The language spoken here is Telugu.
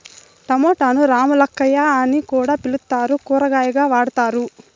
టమోటాను రామ్ములక్కాయ అని కూడా పిలుత్తారు, కూరగాయగా వాడతారు